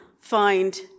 Find